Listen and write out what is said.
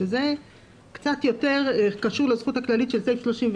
שזה קצת יותר קשור לזכות הכללית של סעיף 31,